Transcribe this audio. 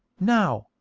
now,